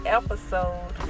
episode